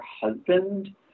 husband